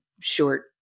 short